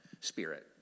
spirit